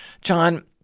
John